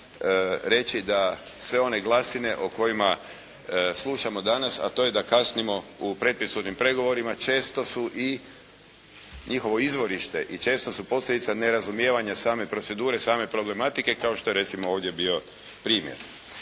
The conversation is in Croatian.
reći da sve one glasine o kojima slušamo danas a to je da kasnimo u predpristupnim pregovorima često su i njihovo izvorište i često su posljedica nerazumijevanja same procedure, same problematike kao što je recimo ovdje bio primjer.